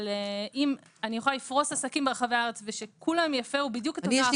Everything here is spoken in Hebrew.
אני יכולה לפרוס עסקים ברחבי הארץ ושכולם יפרו בדיוק את אותה הפרה.